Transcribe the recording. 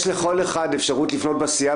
יש לכל אחד אפשרות לפנות בסיעה,